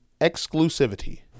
Exclusivity